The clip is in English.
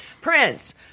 Prince